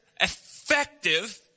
effective